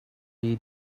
you